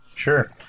Sure